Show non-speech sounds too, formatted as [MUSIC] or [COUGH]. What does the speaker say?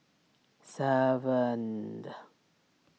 seven [UNINTELLIGIBLE]